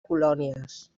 colònies